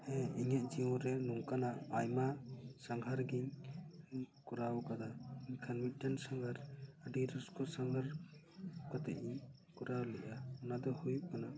ᱦᱮᱸ ᱤᱧᱟᱹᱜ ᱡᱤᱭᱚᱱ ᱨᱮ ᱱᱚᱝᱠᱟᱱᱟᱜ ᱟᱭᱢᱟ ᱥᱟᱸᱜᱷᱟᱨ ᱜᱤᱧ ᱠᱚᱨᱟᱣ ᱟᱠᱟᱫᱟ ᱢᱮᱱᱠᱷᱟᱱ ᱢᱤᱫᱴᱟᱱ ᱥᱟᱸᱜᱷᱟᱨ ᱟᱹᱰᱤ ᱨᱟᱹᱥᱠᱟᱹ ᱥᱟᱸᱜᱷᱟᱨ ᱠᱟᱛᱮᱫ ᱤᱧ ᱯᱩᱨᱟᱹᱣ ᱞᱮᱫᱟ ᱚᱱᱟᱫᱚ ᱦᱩᱭᱩᱜ ᱠᱟᱱᱟ